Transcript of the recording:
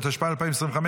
התשפ"ה 2025,